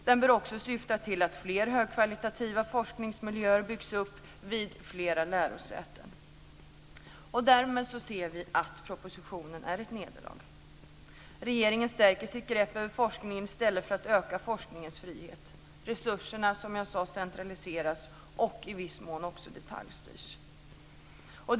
Den bör också syfta till att fler högkvalitativa forskningsmiljöer byggs upp vid fler lärosäten. Därför ser vi propositionen som ett nederlag. Regeringen stärker sitt grepp om forskningen i stället för att öka forskningens frihet. Resurserna centraliseras, som sagt, och detaljstyrs också i viss mån.